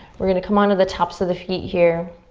we're gonna come onto the tops of the feet here.